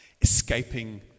escaping